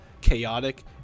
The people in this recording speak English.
chaotic